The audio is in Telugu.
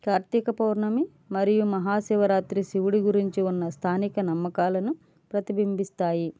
కార్తీక పౌర్ణమి మరియు మహాశివరాత్రి శివుడు గురించి ఉన్న స్థానిక నమ్మకాలను ప్రతిబింబిస్తాయి